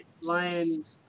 Lions